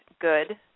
good